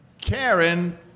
Karen